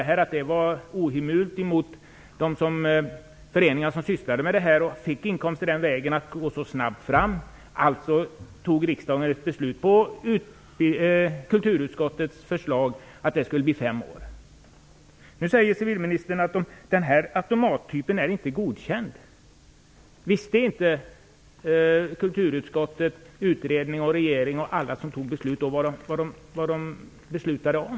Man sade att det var ohemult mot de föreningar som sysslade med detta och fick inkomster den vägen att gå så snabbt fram. På kulturutskottets förslag fattade riksdagen beslut om att det skulle bli en övergångstid på fem år i stället. Nu säger civilministern att den här automattypen inte är godkänd. Visste inte kulturutskottet, utredningen, regeringen och alla som fattade beslutet vad de beslutade om?